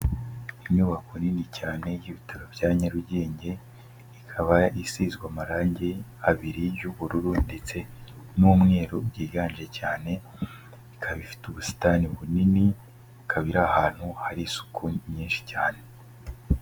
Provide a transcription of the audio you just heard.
Inyubako nini cyane y'Ibitaro bya Nyarugenge, ikaba isizwe amarangi abiri y'ubururu ndetse n'umweru byiganje cyane, ikaba ifite ubusitani bunini, ikaba iri ahantu hari isuku nyinshi cyane.